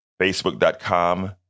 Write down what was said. Facebook.com